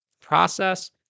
process